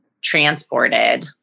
transported